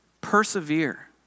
Persevere